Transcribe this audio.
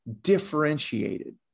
differentiated